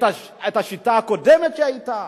את השיטה הקודמת שהיתה,